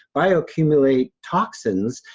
bio-accumulate toxins.